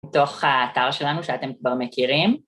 תוך האתר שלנו שאתם כבר מכירים.